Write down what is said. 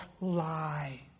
lie